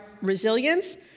resilience